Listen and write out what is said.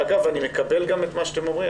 ואגב אני מקבל את מה שאתם אומרים,